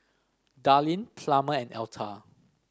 Darline Plummer and Alta